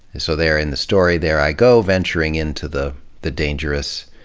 so there in the story, there i go venturing into the the dangerous